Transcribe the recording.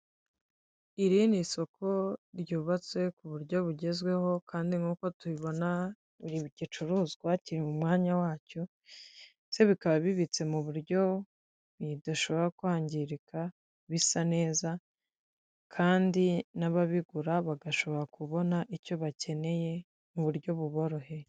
Iri ni isoko ryubatse mu buryo bugezweho kandi nkuko tubibona buri gicuruzwa kiri mu mwanya wacyo ndetse bikaba bibitse mu buryo bidashobora kwangirika bisa neza kandi n'ababigura bagashobora kubona icyo bakeneye mu buryo buboroheye.